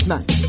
Nice